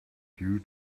you